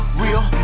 real